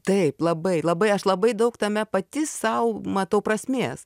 taip labai labai aš labai daug tame pati sau matau prasmės